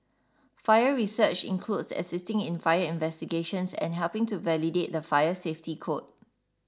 fire research includes assisting in fire investigations and helping to validate the fire safety code